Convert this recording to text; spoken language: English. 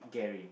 Gary